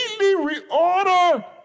reorder